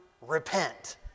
repent